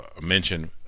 mention